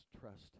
trust